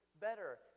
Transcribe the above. better